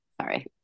Sorry